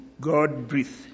God-breathed